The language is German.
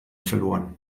verloren